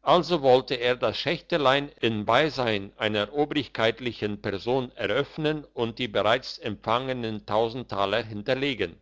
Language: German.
also wollte er das schächtelein in beisein einer obrigkeitlichen person eröffnen und die bereits empfangenen taler hinterlegen